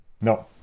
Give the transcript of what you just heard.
no